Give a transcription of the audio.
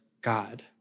God